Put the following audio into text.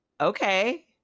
okay